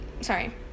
sorry